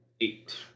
Eight